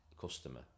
customer